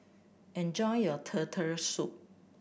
enjoy your Turtle Soup